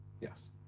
Yes